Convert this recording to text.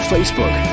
Facebook